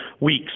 weeks